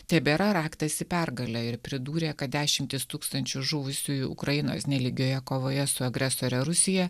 tebėra raktas į pergalę ir pridūrė kad dešimtys tūkstančių žuvusiųjų ukrainos nelygioje kovoje su agresore rusija